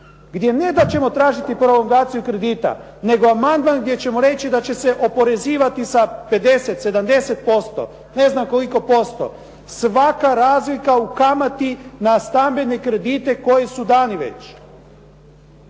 gdje ne da ćemo tražiti prolongaciju kredita nego amandman gdje ćemo reći da će se oporezivati sa 50, 70%, ne znam koliko posto. Svaka razlika u kamati na stambene kredite koji su dani već.